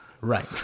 Right